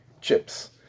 chips